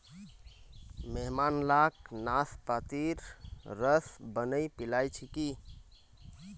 मेहमान लाक नाशपातीर रस बनइ पीला छिकि